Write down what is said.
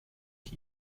ich